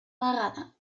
vegada